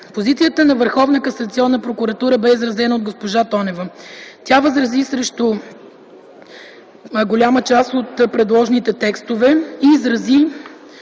прокуратура бе изразена от госпожа Тонева. Тя възрази срещу голяма част от предложените текстове и изрази